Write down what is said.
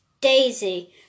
Daisy